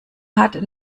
hat